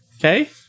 Okay